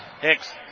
Hicks